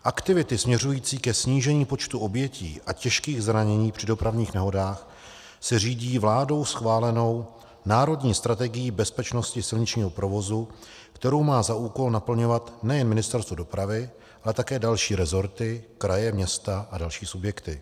Aktivita směřující ke snížení počtu obětí a těžkých zranění při dopravních nehodách se řídí vládou schválenou Národní strategií bezpečnosti silničního provozu, kterou má za úkol naplňovat nejen Ministerstvo dopravy, ale také další rezorty, kraje, města a další subjekty.